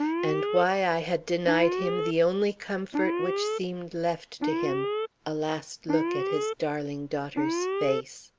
and why i had denied him the only comfort which seemed left to him a last look at his darling daughter's face.